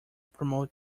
promote